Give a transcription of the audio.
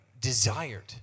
desired